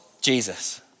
Jesus